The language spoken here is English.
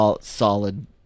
solid